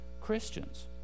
Christians